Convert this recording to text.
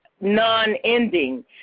non-ending